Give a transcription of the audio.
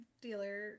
dealer